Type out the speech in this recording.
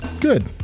good